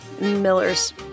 Miller's